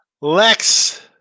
Lex